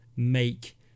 make